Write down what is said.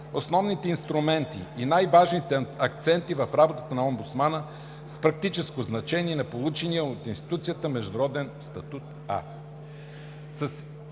основните инструменти и най-важните акценти в работата на омбудсмана, с практическото значение на получения от институцията международен статут